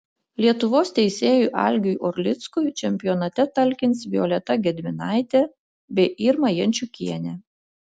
lietuvos teisėjui algiui orlickui čempionate talkins violeta gedminaitė bei irma jančiukienė